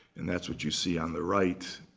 and that's what you see on the right.